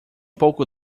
pouco